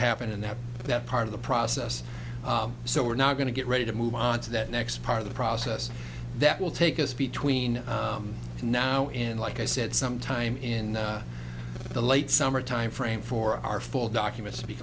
happen in that that part of the process so we're not going to get ready to move on to that next part of the process that will take us between now and like i said sometime in the late summer timeframe for our full documents to be